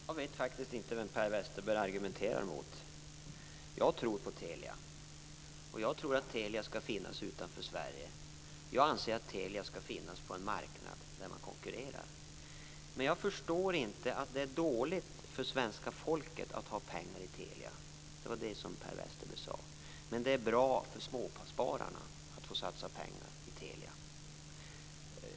Fru talman! Jag vet faktiskt inte vem Per Westerberg argumenterar mot. Jag tror på Telia. Och jag tror att Telia skall finnas utanför Sverige. Jag anser att Telia skall finnas på en marknad där man konkurrerar. Men jag förstår inte att det är dåligt för svenska folket att ha pengar i Telia. Det var det som Per Westerberg sade, och att det är bra för småspararna att få satsa pengar i Telia.